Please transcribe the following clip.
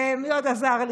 ומי עוד עזר לי?